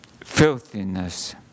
Filthiness